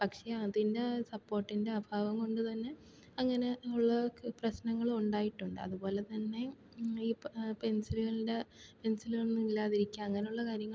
പക്ഷെ അതിന് സപ്പോർട്ടിന്റെ അഭാവം കൊണ്ട് തന്നെ അങ്ങനെയുള്ള പ്രശ്നങ്ങളും ഉണ്ടായിട്ടുണ്ട് അതുപോലെ തന്നെ ഈ പ പെൻസിലുകളുടെ പെൻസിലുകളൊന്നും ഇല്ലാതിരിക്കുക അങ്ങനെ ഉള്ള കാര്യങ്ങളും